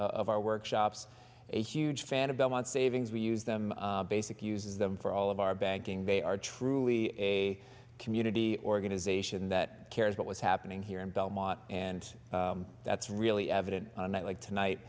of our workshops a huge fan of belmont savings we use them basic uses them for all of our banking they are truly a community organization that cares what was happening here in belmont and that's really evident on that like tonight